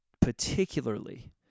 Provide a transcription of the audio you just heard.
particularly